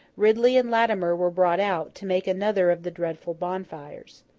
ridley and latimer were brought out, to make another of the dreadful bonfires.